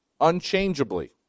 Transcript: Unchangeably